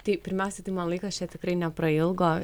tai pirmiausia tai man laikas čia tikrai neprailgo